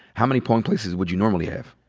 how many polling places would you normally have?